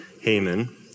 Haman